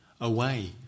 away